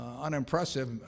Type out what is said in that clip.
unimpressive